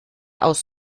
aus